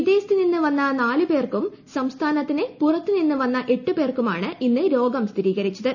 വിദേശത്ത് നിന്ന് വന്ന നാല് പേർക്കും സംസ്ഥാനത്തിന് പുറത്ത് നിന്ന് വന്ന എട്ട് പേർക്കുമാണ് ഇന്ന് രോഗം സ്ഥിരീകരിച്ചത്